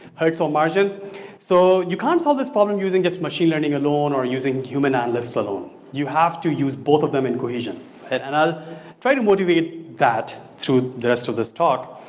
hurts on margin so you can't tell this problem using just machine learning alone or using human analyst alone. but um you have to use both of them in cohesion and i try to motivate that through the rest of this talk.